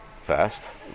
first